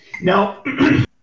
Now